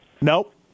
Nope